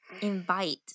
invite